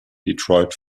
detroit